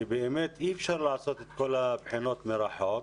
שבאמת אי אפשר לעשות את כל הבחינות מרחוק.